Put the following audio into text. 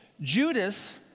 Judas